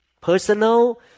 personal